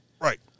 Right